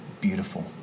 beautiful